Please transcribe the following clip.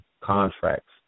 contracts